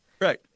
Right